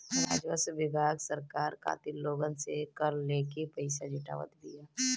राजस्व विभाग सरकार खातिर लोगन से कर लेके पईसा जुटावत बिया